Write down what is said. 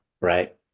right